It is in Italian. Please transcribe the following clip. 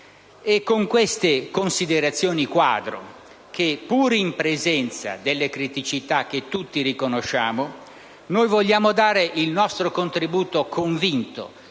È con queste considerazioni-quadro che, pur in presenza delle criticità che tutti riconosciamo, vogliamo dare il nostro contributo convinto,